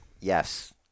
Yes